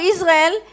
Israel